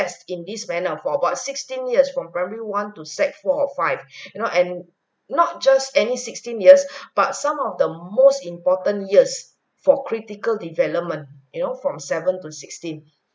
~essed in this manner for about sixteen years from primary one to sec four or five you know and not just any sixteen years but some of the most important years for critical development you know from seven to sixteen